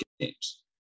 games